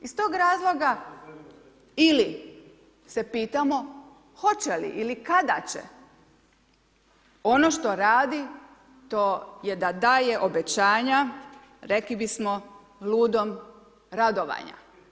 Iz toga razloga ili se pitamo hoće li ili kada će ono što radi, to je da daje obećanja, rekli bismo, ludom radovanja.